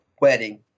wedding